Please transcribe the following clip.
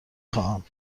خواهم